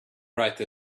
write